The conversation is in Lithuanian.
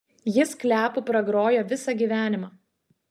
jis kliapu pragrojo visą gyvenimą